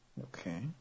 okay